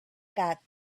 got